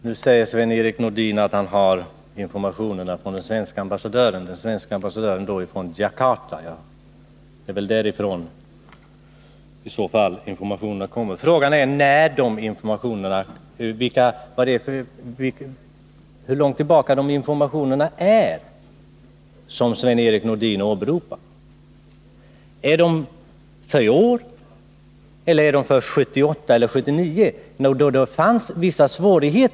Herr talman! Nu säger Sven-Erik Nordin att regeringen får sina informationer från de svenska ambassadörerna. Jag antar att det i detta fall är från ambassadören i Djakarta. Frågan är dock hur gamla de informationer som Sven-Erik Nordin åberopar är. Är de från i år, eller är de från 1978 eller 1979?